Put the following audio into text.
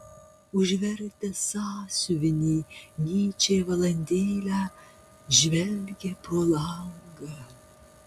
užvertęs sąsiuvinį nyčė valandėlę žvelgė pro langą